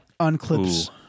unclips